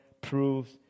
proves